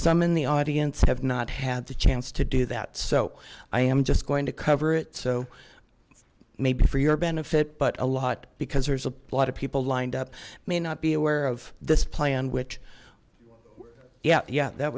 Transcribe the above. some in the audience have not had the chance to do that so i am just going to cover it so maybe for your benefit but a lot because there's a lot of people lined up may not be aware of this plan which yeah yeah that